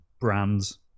brands